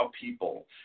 people